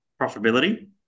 profitability